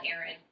Aaron